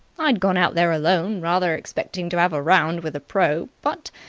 i'd gone out there alone, rather expecting to have a round with the pro, but,